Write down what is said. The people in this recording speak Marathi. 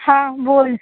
हा बोल